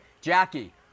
Jackie